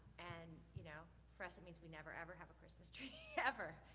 and, you know, for us it means we never, ever have a christmas tree, ever,